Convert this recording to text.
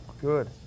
Good